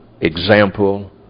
example